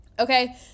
Okay